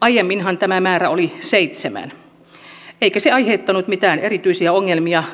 aiemminhan tämä määrä oli seitsemän eikä se aiheuttanut mitään erityisiä ongelmia